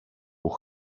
που